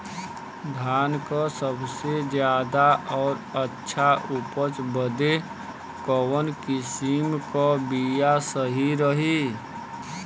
धान क सबसे ज्यादा और अच्छा उपज बदे कवन किसीम क बिया सही रही?